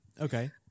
Okay